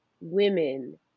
women